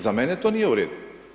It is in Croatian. Za mene to nije u redu.